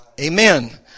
Amen